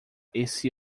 esse